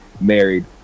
married